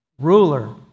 Ruler